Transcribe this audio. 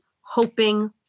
hoping